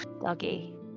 Doggy